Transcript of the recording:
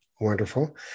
wonderful